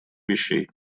вещей